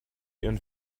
ihren